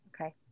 Okay